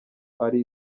ari